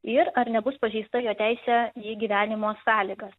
ir ar nebus pažeista jo teisė į gyvenimo sąlygas